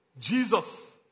Jesus